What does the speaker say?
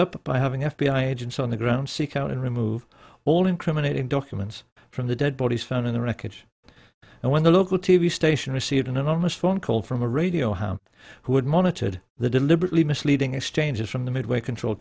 up by having f b i agents on the ground seek out and remove all incriminating documents from the dead bodies found in the wreckage and when the local t v station received an anonymous phone call from a radio hound who had monitored the deliberately misleading exchanges from the midway control